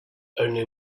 only